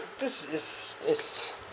this is is